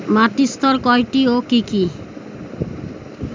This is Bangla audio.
মাটির স্তর কয়টি ও কি কি?